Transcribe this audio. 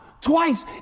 twice